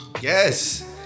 yes